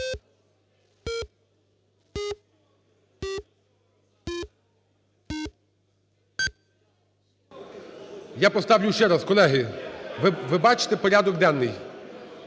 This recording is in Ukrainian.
Я поставлю ще раз, колеги, ви бачите порядок денний,